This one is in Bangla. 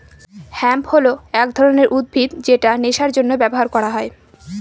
হেম্প হল এক ধরনের উদ্ভিদ যেটা নেশার জন্য ব্যবহার করা হয়